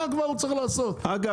דרך אגב,